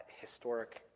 historic